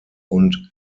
und